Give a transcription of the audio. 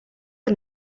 are